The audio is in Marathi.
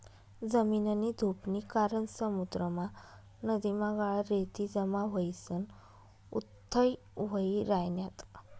जमीननी धुपनी कारण समुद्रमा, नदीमा गाळ, रेती जमा व्हयीसन उथ्थय व्हयी रायन्यात